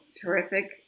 terrific